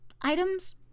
items